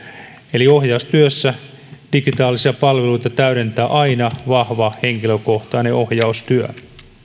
eli ohjaustyössä digitaalisia palveluita täydentää aina vahva henkilökohtainen ohjaustyö